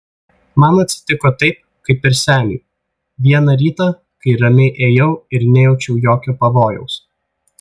man atsitiko taip kaip ir seniui vieną rytą kai ramiai ėjau ir nejaučiau jokio pavojaus